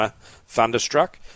Thunderstruck